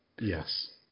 yes